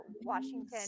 Washington